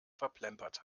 verplempert